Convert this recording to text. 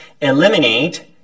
eliminate